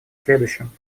следующем